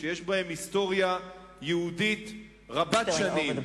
שיש בהם היסטוריה יהודית רבת שנים,